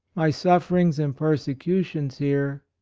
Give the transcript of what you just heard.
my sufferings and per secutions here,